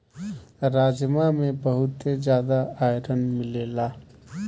राजमा में बहुते जियादा आयरन मिलेला